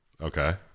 Okay